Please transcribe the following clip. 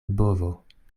bovo